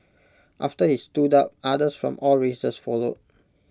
after he stood up others from all races followed